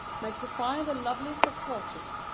make the fire the loveliest of torches,